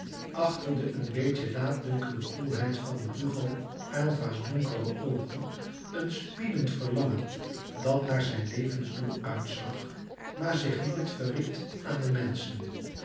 achter de een beetje laatdunkende koelheid van hugo aylva's donkere oogen een spiedend verlangen dat naar zijn levensdoel uitzag maar zich nooit verried aan de menschen